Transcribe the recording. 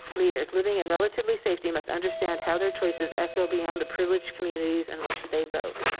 leaders, living in relatively safety must understand how their choices echo beyond the privileged communities in which they vote.